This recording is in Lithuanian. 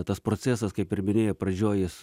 tas procesas kaip ir minėjau pradžioj jis